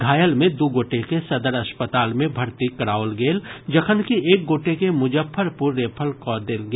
घायल मे दू गोटे के सदर अस्पताल मे भर्ती कराओल गेल जखनकि एक गोटे के मुजफ्फरपुर रेफर कऽ देल गेल